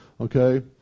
okay